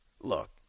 Look